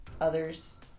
others